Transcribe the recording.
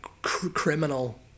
Criminal